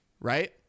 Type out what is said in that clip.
Right